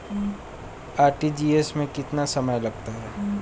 RTGS में कितना समय लगता है?